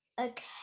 okay